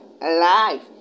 alive